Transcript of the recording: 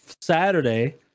Saturday